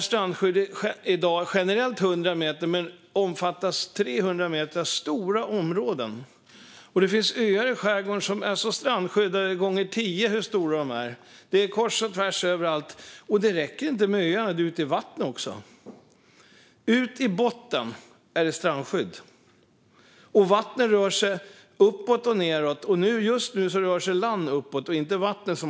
Strandskyddet är i dag generellt 100 meter, men stora områden omfattas av 300 meter. Det finnas öar i skärgården som är strandskyddade tio gånger sin storlek; det är kors och tvärs överallt. Men det räcker inte med öarna. Det är ute i vattnet också; ut i botten är det strandskydd. Vatten rör sig uppåt och nedåt, men just nu är det land som rör sig uppåt.